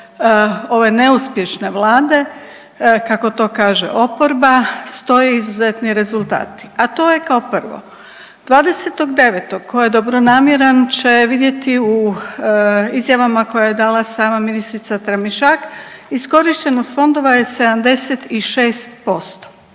ove neuspješne Vlade, kako to kaže oporba, stoji izuzetni rezultati, a to je kao prvo, 20.9., tko je dobronamjeran će vidjeti u izjavama koje je dala sama ministrica Tramišak, iskorištenost fondova je 76%.